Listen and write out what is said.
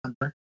number